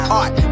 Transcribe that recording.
art